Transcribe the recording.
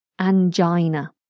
Angina